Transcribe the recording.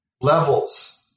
levels